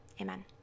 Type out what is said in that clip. Amen